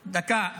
דקה.